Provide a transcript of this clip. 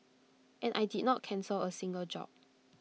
and I did not cancel A single job